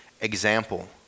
example